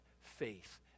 faith